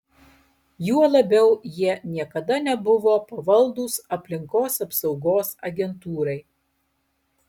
juo labiau jie niekada nebuvo pavaldūs aplinkos apsaugos agentūrai